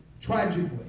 Tragically